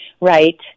right